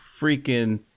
freaking